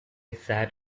sat